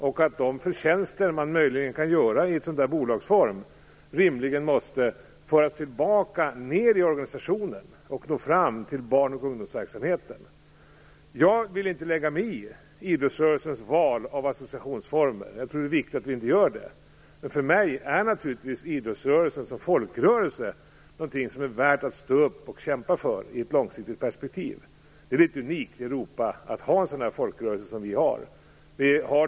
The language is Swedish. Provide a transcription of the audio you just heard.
Och de förtjänster man möjligen kan göra i en sådan bolagsform måste rimligen föras tillbaka ned i organisationen och nå fram till barn och ungdomsverksamheten. Jag vill inte lägga mig i idrottsrörelsens val av associationsformer. Jag tror att det är viktigt att vi inte gör det. För mig är naturligtvis idrottsrörelsen som folkrörelse något som är värt att stå upp och kämpa för i ett långsiktigt perspektiv. En sådan folkrörelse som vi har är unik i Europa.